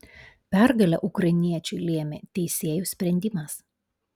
pergalę ukrainiečiui lėmė teisėjų sprendimas